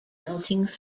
melting